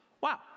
Wow